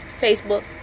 Facebook